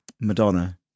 madonna